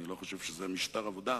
אני לא חושב שזה משטר עבודה,